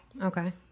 Okay